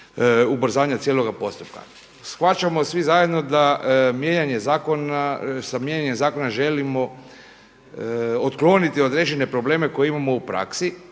ubrzanja cijeloga postupka. Shvaćamo svi zajedno da sa mijenjanjem zakona želimo otkloniti određene probleme koje imamo u praksi